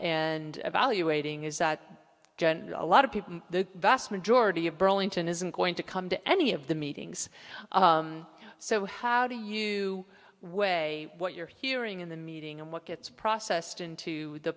evaluating is that a lot of people the vast majority of burlington isn't going to come to any of the meetings so how do you weigh what you're hearing in the meeting and what gets processed into the